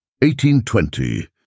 1820